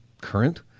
current